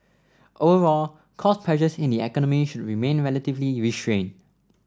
overall cost pressures in the economy should remain relatively restrained